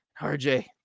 rj